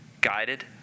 guided